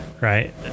Right